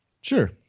Sure